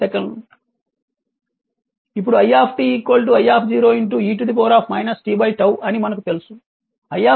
ఇప్పుడు i i e t T అని మనకు తెలుసు